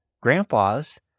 grandpa's